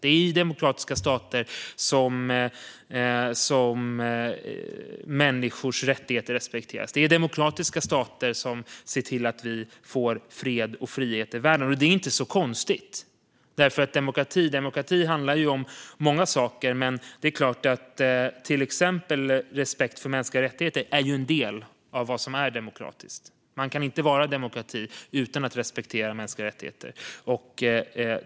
Det är i demokratiska stater som människors rättigheter respekteras. Det är demokratiska stater som bidrar till fred och frihet i världen. Detta är inte så konstigt. Demokrati handlar ju bland annat om respekt för mänskliga rättigheter. Man kan inte vara en demokrati utan att respektera mänskliga rättigheter.